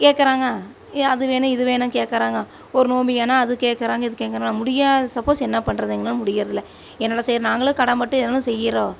கேட்குறாங்க அது வேணும் இது வேணுன்னு கேட்குறாங்க ஒரு நோம்பியானால் அது கேட்குறாங்க இது கேட்குறாங்க முடியாது சப்போஸ் என்ன பண்றது எங்களால் முடிகிறது இல்லை என்னடா செய்கிறது சரி நாங்களும் கடன்பட்டு ஏதோ ஒன்று செய்கிறோம்